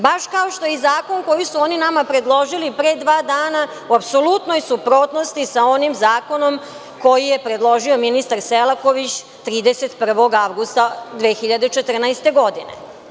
Baš kao što je i zakon koji su oni nama predložili pre dva dana u apsolutnoj suprotnosti sa onim zakonom koji je predložio ministar Selaković 31. avgusta 2014. godine.